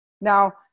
Now